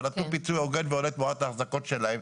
אבל נתנו פיצוי הוגן והולם תמורת ההחזקות שלהם.